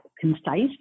concise